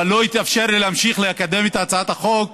אבל לא התאפשר לי להמשיך לקדם את הצעת החוק,